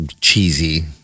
cheesy